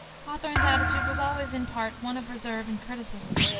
hawthorne's attitude was always in part one of reserve and criticism,